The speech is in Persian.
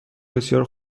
بسیار